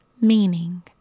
Meaning